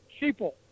sheeple